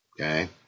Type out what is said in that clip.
okay